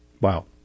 Wow